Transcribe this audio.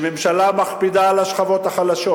שממשלה מכבידה על השכבות החלשות.